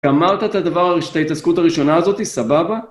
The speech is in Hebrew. גמרת את הדבר הראש.. את ההתעסקות הראשונה הזאת, סבבה?